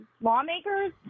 Lawmakers